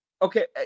Okay